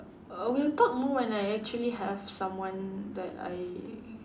we'll talk more when I actually have someone that I